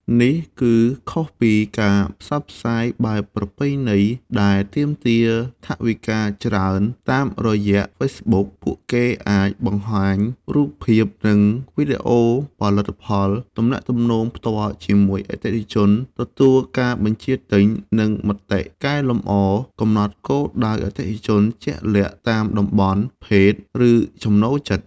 នេះគឺខុសពីការផ្សព្វផ្សាយបែបប្រពៃណីដែលទាមទារថវិកាច្រើន តាមរយៈ Facebook ពួកគេអាច បង្ហាញរូបភាព និងវីដេអូផលិតផល ទំនាក់ទំនងផ្ទាល់ជាមួយអតិថិជន ទទួលការបញ្ជាទិញ និងមតិកែលម្អ កំណត់គោលដៅអតិថិជនជាក់លាក់តាមតំបន់ ភេទ ឬចំណូលចិត្ត។